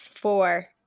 Four